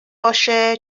باشه